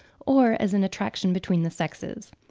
or as an attraction between the sexes.